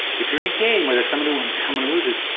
if you're in a game where there's someone who wins, someone who loses,